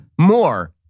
more